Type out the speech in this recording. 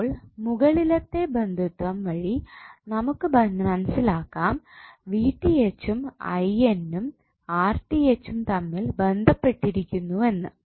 അപ്പോൾ മുകളിലത്തെ ബന്ധുത്വം വഴി നമുക്ക് മനസ്സിലാക്കാം ഉം ഉം ഉം തമ്മിൽ ബന്ധപ്പെട്ടിരിക്കുന്നു എന്ന്